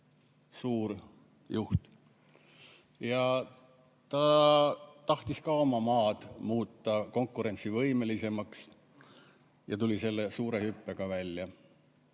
suur juht. Ta tahtis oma maa muuta konkurentsivõimelisemaks ja tuli selle suure hüppega välja.